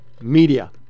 media